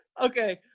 Okay